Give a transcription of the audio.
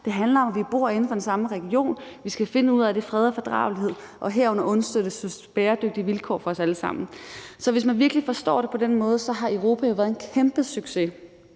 det handler om, at vi bor inden for den samme region, og at vi skal finde ud af det i fred og fordragelighed og herunder understøtte bæredygtige vilkår for os alle sammen. Så hvis man virkelig forstår det på den måde, har Europa jo været en kæmpe succes,